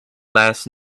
last